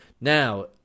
Now